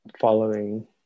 following